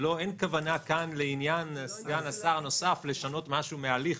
אין כוונה כאן לעניין סגן השר הנוסף לשנות משהו מן ההליך,